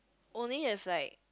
only if like